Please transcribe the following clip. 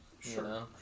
sure